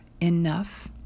enough